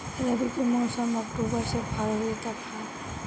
रबी के मौसम अक्टूबर से फ़रवरी तक ह